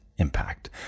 Impact